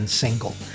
single